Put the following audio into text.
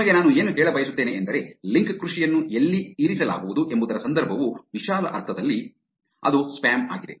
ನಿಮಗೆ ನಾನು ಏನು ಹೇಳ ಬಯಸುತ್ತೇನೆ ಎಂದರೆ ಲಿಂಕ್ ಕೃಷಿಯನ್ನು ಎಲ್ಲಿ ಇರಿಸಲಾಗುವುದು ಎಂಬುದರ ಸಂದರ್ಭವು ವಿಶಾಲ ಅರ್ಥದಲ್ಲಿ ಅದು ಸ್ಪ್ಯಾಮ್ ಆಗಿದೆ